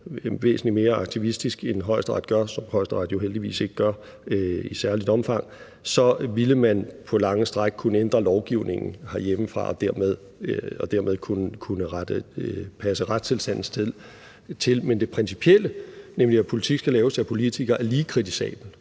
væsentlig mere aktivistisk, end Højesteret gør – som Højesteret jo heldigvis ikke gør i noget særligt omfang – så ville man på lange stræk kunne ændre lovgivningen herhjemmefra og dermed kunne rette retstilstanden til. Men i forhold til det principielle, nemlig at politik skal laves af politikere, er det lige kritisabelt